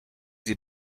sie